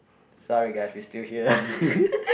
sorry guys we still here